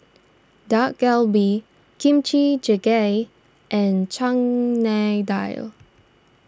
Dak Galbi Kimchi Jjigae and Chana Dal